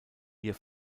ihr